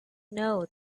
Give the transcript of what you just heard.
know